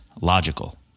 logical